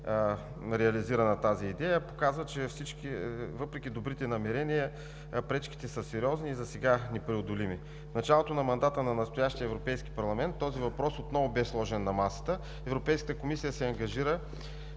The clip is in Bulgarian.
реализирана показва, че въпреки добрите намерения, пречките са сериозни и засега – непреодолими. В началото на мандата на сегашния Европейски парламент този въпрос отново бе сложен на масата. Европейската комисия се ангажира